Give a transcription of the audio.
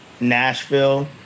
Nashville